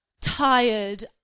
tired